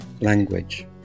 language